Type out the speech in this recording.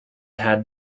had